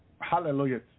Hallelujah